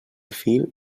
fil